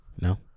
No